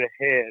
ahead